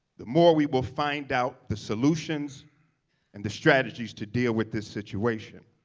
the more we will find out the solutions and the strategies to deal with this situation.